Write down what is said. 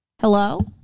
Hello